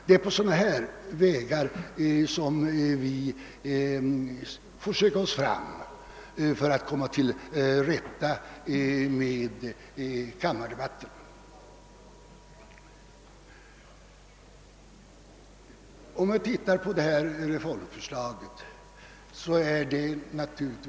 Det är på sådana vägar vi får söka oss fram för att komma till rätta med kammardebatterna. Det finns naturligtvis många frågor inom reformförslaget som är väsentliga.